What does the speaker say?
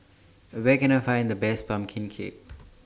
Where Can I Find The Best Pumpkin Cake